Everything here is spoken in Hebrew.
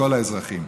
לכל האזרחים.